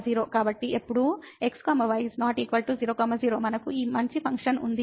కాబట్టి ఎప్పుడు x y ≠ 00 మనకు ఈ మంచి ఫంక్షన్ ఉంది